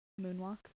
moonwalk